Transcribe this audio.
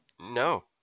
No